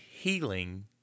healing